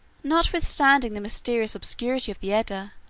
notwithstanding the mysterious obscurity of the edda,